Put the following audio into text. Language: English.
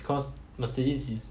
because Mercedes is